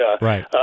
right